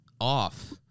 off